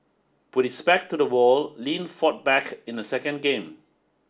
with his back to the wall Lin fought back in the second game